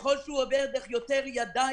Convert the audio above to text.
ככל שהוא עובר דרך יותר ידיים,